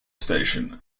station